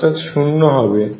অর্থাৎ শুন্য হবে